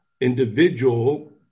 individual